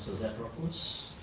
zafiropoulos.